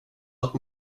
att